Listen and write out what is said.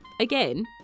Again